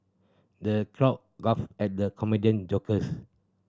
the crowd guff at the comedian jokes